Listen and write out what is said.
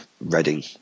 Reading